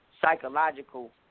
psychological